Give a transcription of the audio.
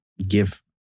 give